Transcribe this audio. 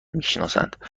میشناسند